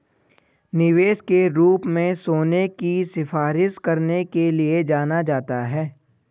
निवेश के रूप में सोने की सिफारिश करने के लिए जाना जाता है